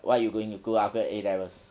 what you going to do after A levels